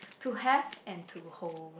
to have and to hold